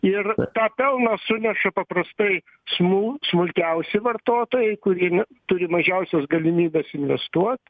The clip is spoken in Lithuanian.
ir tą pelną suneša paprastai smu smulkiausi vartotojai kurie ne turi mažiausias galimybes investuot